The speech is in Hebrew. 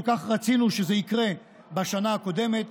כל כך רצינו שזה יקרה בשנה הקודמת.